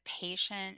patient